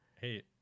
Hey